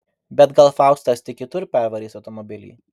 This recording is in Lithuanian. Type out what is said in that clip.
bet gal faustas tik kitur pervarys automobilį